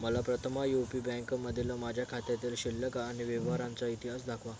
मला Prathama U P बँकमधील माझ्या खात्यातील शिल्लक आणि व्यवहारांचा इतिहास दाखवा